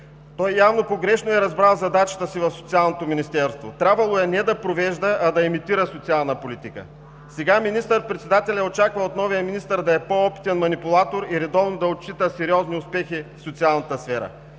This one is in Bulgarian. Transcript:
Той явно погрешно е разбрал задачата си в Социалното министерство. Трябвало е не да провежда, а да имитира социална политика. Сега министър-председателят очаква от новия министър да е по-опитен манипулатор и редовно да отчита сериозни успехи в социалната сфера.